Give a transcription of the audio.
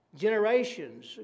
Generations